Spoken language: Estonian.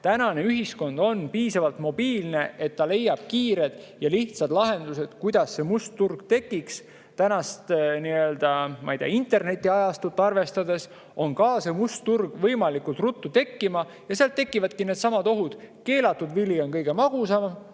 Tänane ühiskond on piisavalt mobiilne, et leitakse kiired ja lihtsad lahendused, kuidas must turg tekiks. Praegust internetiajastut arvestades [saab] must turg ruttu tekkida ja siis tekivadki needsamad ohud. Keelatud vili on kõige magusam,